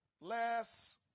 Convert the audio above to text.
last